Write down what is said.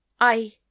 I